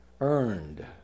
earned